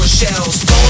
Shells